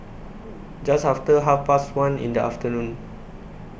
Just after Half Past one in The afternoon